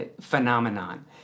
phenomenon